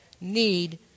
need